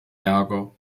ärger